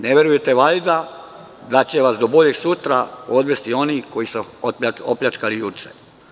Ne verujete valjda da će vas do boljeg sutra odvesti oni koji su vas opljačkali juče.